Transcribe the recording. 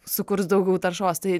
sukurs daugiau taršos tai